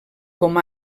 com